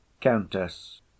COUNTESS